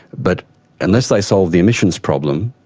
but unless they solve the emissions problem,